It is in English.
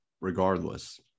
regardless